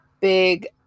big